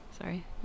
sorry